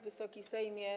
Wysoki Sejmie!